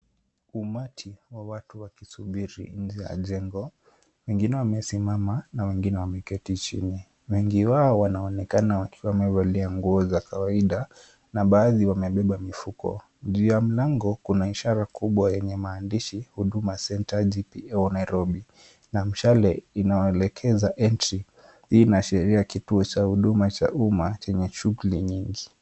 Umati wa watu wakisubiri nje ya jengo, wengine wamesimama na wengine wameketi chini, wengi wao wanaonekana wakiwa wamevalia nguo za kawaida na baadhi wamebeba mifuko. Juu ya mlango kuna ishara kubwa yenye maandishi, Huduma Center GPO Nairobi na mshale inayoelekeza entry inaashiria kituo cha huduma cha umma chenye shughuli nyingi.